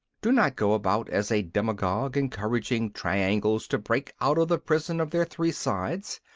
do not go about as a demagogue, encouraging triangles to break out of the prison of their three sides.